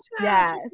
Yes